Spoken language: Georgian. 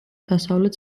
დასავლეთ